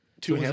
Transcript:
Two